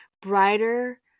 brighter